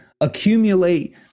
accumulate